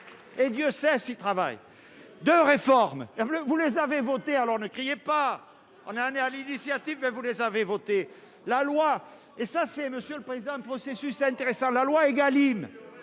et Dieu sait s'ils travaillent de réforme, vous les avez voté alors ne criez pas, on a un, à l'initiative que vous les avez voté la loi, et ça c'est monsieur le président, un processus intéressant la loi Egalim